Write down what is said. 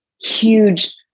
huge